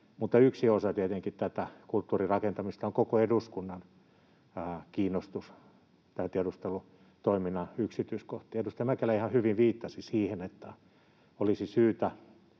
mutta yksi osa tätä kulttuurin rakentamista on tietenkin koko eduskunnan kiinnostus tämän tiedustelutoiminnan yksityiskohtiin. Edustaja Kemppi ihan hyvin viittasi siihen, että olisi syytä